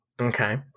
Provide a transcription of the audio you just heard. Okay